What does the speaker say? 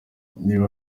niba